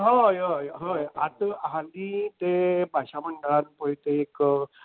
हय हय हय आतां हालीं तें भाशा मंडळान पळय तें एक